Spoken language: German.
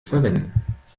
verwenden